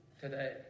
today